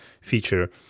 feature